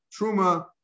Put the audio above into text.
Truma